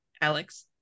alex